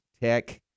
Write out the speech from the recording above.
Tech